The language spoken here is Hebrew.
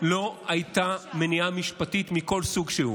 ולא הייתה מניעה משפטית מכל סוג שהוא.